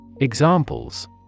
Examples